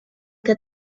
que